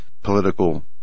political